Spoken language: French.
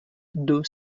deux